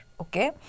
Okay